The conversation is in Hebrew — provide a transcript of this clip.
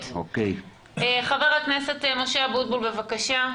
חבר הכנסת משה אבוטבול, בבקשה.